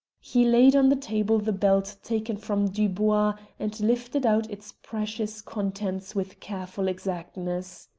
he laid on the table the belt taken from dubois, and lifted out its precious contents with careful exactness.